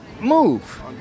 move